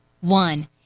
one